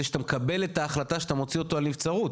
שאתה מקבל את ההחלטה שאתה מוציא אותו לנבצרות.